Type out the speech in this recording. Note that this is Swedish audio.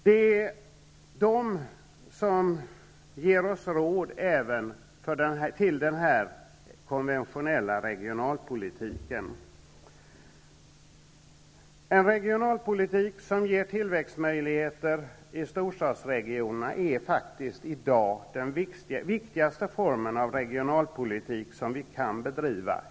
Det är de som ger oss råd även till den konventionella regionalpolitiken. En regionalpolitik som ger tillväxtmöjligheter i storstadsregionerna är faktiskt i dag den viktigaste form av regionalpolitik som vi kan bedriva.